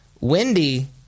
Wendy